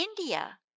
India